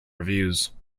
reviews